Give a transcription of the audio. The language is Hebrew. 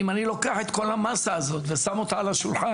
אם אני לוקח את כל המסה הזאת ושם אותה על השולחן,